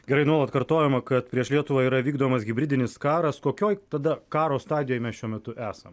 gerai nuolat kartojama kad prieš lietuvą yra vykdomas hibridinis karas kokioje tada karo stadijoje mes šiuo metu esam